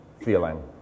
feeling